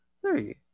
three